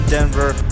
Denver